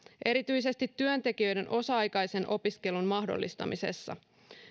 erityisesti työntekijöiden osa aikaisen opiskelun mahdollistamisessa